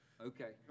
Okay